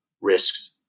risks